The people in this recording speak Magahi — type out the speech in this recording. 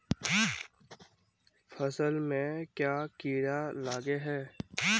फसल में क्याँ कीड़ा लागे है?